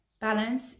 Balance